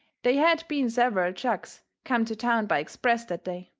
they had been several jugs come to town by express that day.